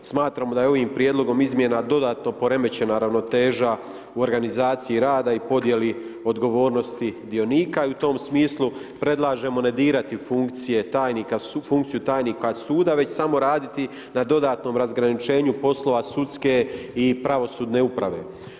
Smatramo da je ovim prijedlogom izmjena dodatno poremećena ravnoteža u organizaciji rada i podjeli odgovornosti dionika i u tom smislu predlažemo ne dirati funkcije tajnika, funkciju tajnika suda već samo raditi na dodatnom razgraničenju poslova sudske i pravosudne uprave.